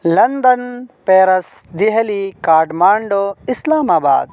London Paris Delhi Kathmandu اسلام آباد